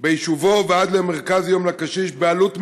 ביישובו עד למרכז יום לקשיש, בעלות מלאה.